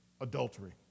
adultery